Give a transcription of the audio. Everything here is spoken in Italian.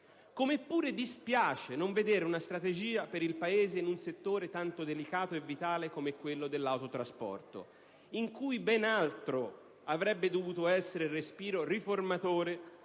Come pure dispiace non vedere una strategia per il Paese in un settore tanto delicato e vitale come quello dell'autotrasporto, in cui ben altro avrebbe dovuto essere il respiro riformatore